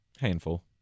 Handful